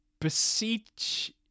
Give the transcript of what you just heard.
beseech